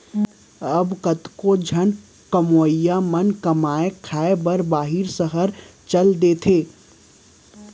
अब कतको झन कमवइया मन कमाए खाए बर बाहिर सहर चल देथे